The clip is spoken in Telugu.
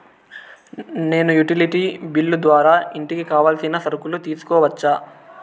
నేను యుటిలిటీ బిల్లు ద్వారా ఇంటికి కావాల్సిన సరుకులు తీసుకోవచ్చా?